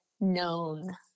known